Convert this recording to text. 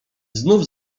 znów